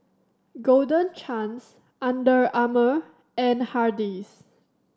Golden Chance Under Armour and Hardy's